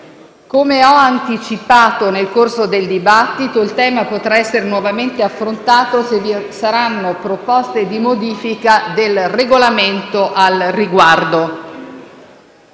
Come ho anticipato nel corso del dibattito, il tema potrà essere nuovamente affrontato se vi saranno proposte di modifica del Regolamento al riguardo.